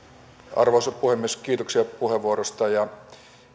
arvoisa puhemies kiitoksia puheenvuorosta